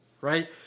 right